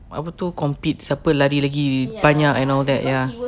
buat apa tu compete siapa lari lagi banyak and all that ya